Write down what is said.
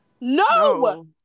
No